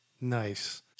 Nice